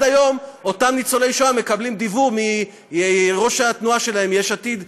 עד היום אותם ניצולי שואה מקבלים דיוור מראש התנועה של יש עתיד,